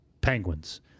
Penguins